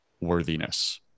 worthiness